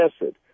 acid